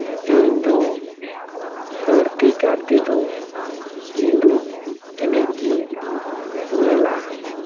ᱤᱧ ᱫᱚ ᱵᱟᱹᱲᱛᱤ ᱠᱟᱨ ᱛᱮᱫᱚ ᱪᱷᱤᱸᱰᱩ ᱮᱱᱮᱡ ᱜᱤᱧ ᱧᱮᱞᱟ